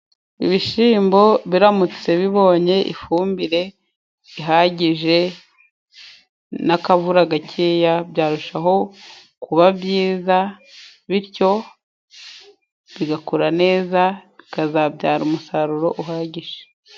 Ibishyimbo biramutse bibonye ifumbire ihagije n'akavura gakeya, byarushaho kuba byiza, bityo bigakura neza bikazabyara umusaruro uhagije.